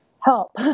help